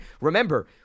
remember